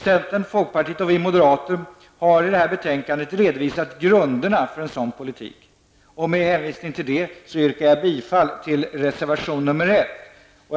Centern, folkpartiet och vi moderater har i detta betänkande redovisat grunderna för en sådan politik. Med hänvisning härtill yrkar jag bifall till reservation 1.